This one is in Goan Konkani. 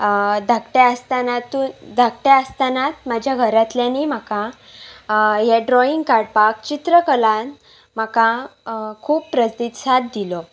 धाकटें आसतना धाकटें आसतनात म्हाज्या घरांतल्यानी म्हाका हे ड्रॉइंग काडपाक चित्रकलान म्हाका खूब प्रतिसाद दिलो